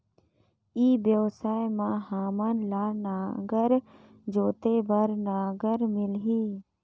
ई व्यवसाय मां हामन ला नागर जोते बार नागर मिलही?